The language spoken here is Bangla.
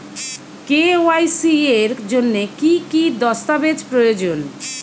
কে.ওয়াই.সি এর জন্যে কি কি দস্তাবেজ প্রয়োজন?